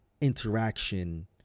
interaction